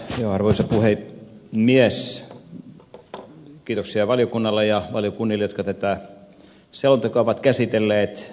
se on osa tai mies ottaa kiitoksia valiokunnalle ja valiokunnille jotka tätä selontekoa ovat käsitelleet